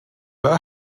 were